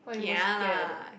kia lah